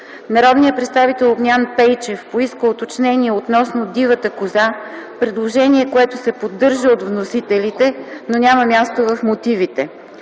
Народният представител Огнян Пейчев поиска уточнение относно дивата коза, предложение, което се поддържа от вносителите, но няма място в мотивите.